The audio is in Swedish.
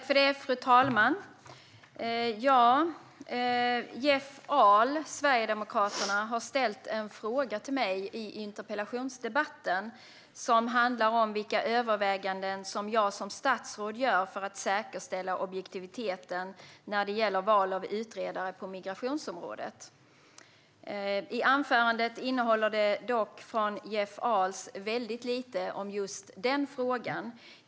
Fru talman! Jeff Ahl, Sverigedemokraterna, har ställt en fråga till mig i interpellationsdebatten som handlar om vilka överväganden jag som statsråd gör för att säkerställa objektiviteten när det gäller val av utredare på migrationsområdet. Jeff Ahls anförande innehöll dock mycket lite om just den frågan.